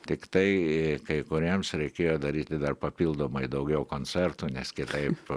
tiktai kai kūrėjams reikėjo daryti dar papildomai daugiau koncertų nes kitaip